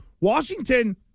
Washington